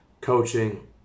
coaching